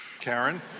Karen